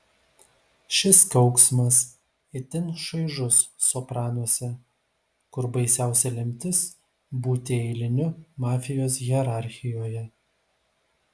šis kauksmas itin šaižus sopranuose kur baisiausia lemtis būti eiliniu mafijos hierarchijoje